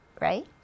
right